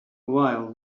while